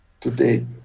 today